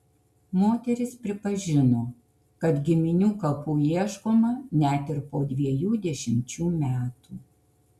moteris pripažino kad giminių kapų ieškoma net ir po dviejų dešimčių metų